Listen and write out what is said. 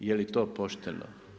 Je li to pošteno?